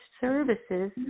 services